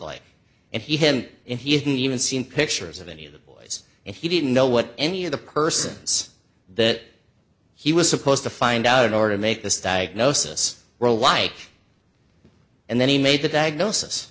like and he him and he hadn't even seen pictures of any of the boys and he didn't know what any of the persons that he was supposed to find out in order to make this diagnosis were like and then he made the diagnosis